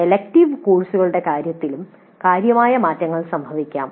elective കോഴ്സുകളുടെ കാര്യത്തിലും കാര്യമായ മാറ്റങ്ങൾ സംഭവിക്കാം